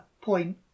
point